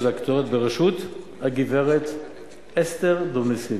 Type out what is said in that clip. ואקטואריות בראשות הגברת אסתר דומיניסיני,